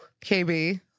KB